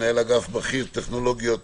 מנהל אגף בכיר טכנולוגיות